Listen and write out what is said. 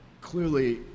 clearly